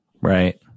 Right